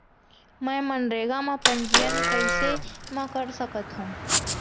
मैं मनरेगा म पंजीयन कैसे म कर सकत हो?